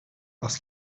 parce